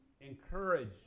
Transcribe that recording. encourage